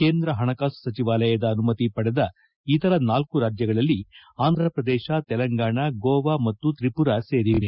ಕೇಂದ್ರ ಪಣಕಾಸು ಸಚಿವಾಲಯದ ಅನುಮತಿ ಪಡೆದ ಇತರ ನಾಲ್ಕು ರಾಜ್ಯಗಳಲ್ಲಿ ಆಂಧ್ರಪ್ರದೇಶ ತೆಲಂಗಾಣ ಗೋವಾ ಮತ್ತು ತ್ರಿಮರ ಸೇರಿವೆ